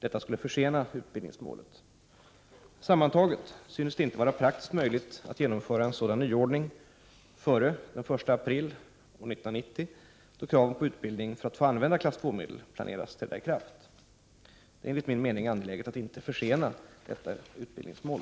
Detta skulle försena utbildningsmålet. Sammantaget synes det inte vara praktiskt möjligt att genomföra en sådan nyordning före den 1 april 1990 då kraven på utbildning för att få använda klass 2-medel planeras träda i kraft. Det är enligt min mening angeläget att inte försena detta utbildningsmål.